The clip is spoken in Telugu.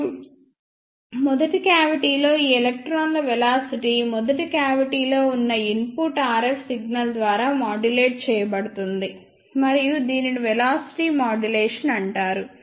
మరియు మొదటి క్యావిటిలో ఈ ఎలక్ట్రాన్ల వెలాసిటీ మొదటి క్యావిటిలో ఉన్న ఇన్పుట్ RF సిగ్నల్ ద్వారా మాడ్యులేట్ చేయబడుతుంది మరియు దీనిని వెలాసిటీ మాడ్యులేషన్ అంటారు